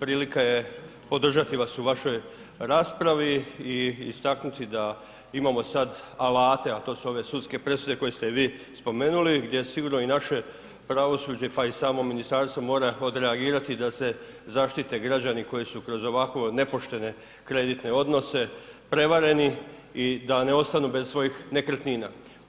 prilika je podržati vas u vašoj raspravi i istaknuti da imamo sad alate, a to su ove sudske presude koje ste vi spomenuli gdje je sigurno i naše pravosuđe, pa i samo ministarstvo mora odreagirati da se zaštite građani koji su kroz ovakvo nepoštene kredite odnose prevareni i da ne ostanu bez svojih nekretnina.